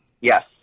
yes